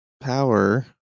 power